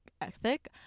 ethic